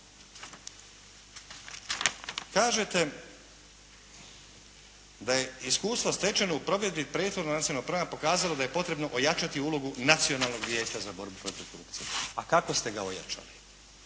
Kažete da je iskustvo stečeno u provedbi prethodnog …/Govornik se ne razumije./… pokazalo da je potrebno ojačati ulogu Nacionalnog vijeća za borbu protiv korupcije. A kako ste ga ojačali?